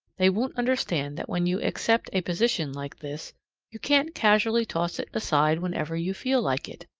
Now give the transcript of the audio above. they won't understand that when you accept a position like this you can't casually toss it aside whenever you feel like it.